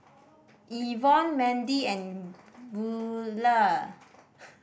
Evonne Mandi and Buelah